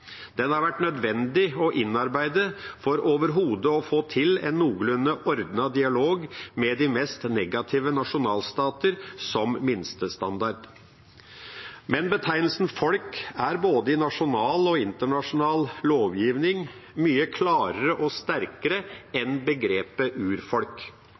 Den har vært nødvendig å innarbeide for overhodet å få til en noenlunde ordnet dialog med de mest negative nasjonalstatene som minstestandard. Men betegnelsen folk er både i nasjonal og internasjonal lovgivning mye klarere og sterkere enn begrepet urfolk.